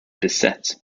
beset